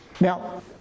Now